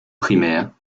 primaire